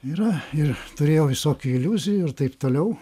yra ir turėjau visokių iliuzijų ir taip toliau